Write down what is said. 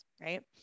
Right